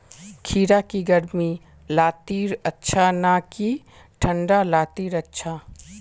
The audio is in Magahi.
खीरा की गर्मी लात्तिर अच्छा ना की ठंडा लात्तिर अच्छा?